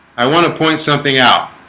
i want to point something out